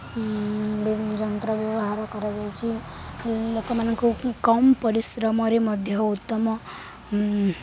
ବିଭିନ୍ନ ଯନ୍ତ୍ର ବ୍ୟବହାର କରାଯାଉଛିି ଲୋକମାନଙ୍କୁ କମ୍ ପରିଶ୍ରମରେ ମଧ୍ୟ ଉତ୍ତମ